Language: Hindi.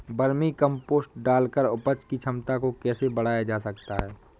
वर्मी कम्पोस्ट डालकर उपज की क्षमता को कैसे बढ़ाया जा सकता है?